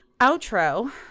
outro